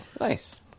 Nice